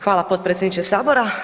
Hvala potpredsjedniče sabora.